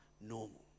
normal